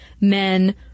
men